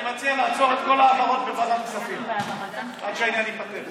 אני מציע לעצור את כל ההעברות בוועדת הכספים עד שהעניין ייפתר.